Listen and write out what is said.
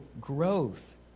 growth